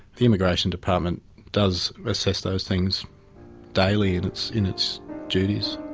the immigration department does assess those things daily in its in its duties.